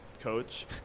coach